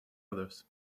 others